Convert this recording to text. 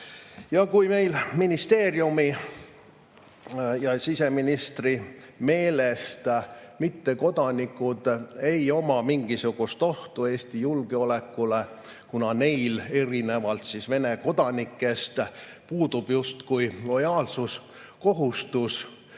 Kui meil ministeeriumi ja siseministri meelest mittekodanikud ei [kujuta endast] mingisugust ohtu Eesti julgeolekule, kuna neil erinevalt Vene kodanikest puudub justkui lojaalsuskohustus,